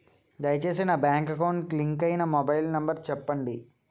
దయచేసి నా bank account కి లింక్ అయినా మొబైల్ నంబర్ చెప్పండి